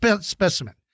specimen